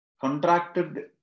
contracted